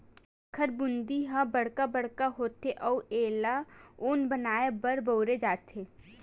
एकर चूंदी ह बड़का बड़का होथे अउ एला ऊन बनाए बर बउरे जाथे